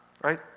Right